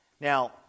Now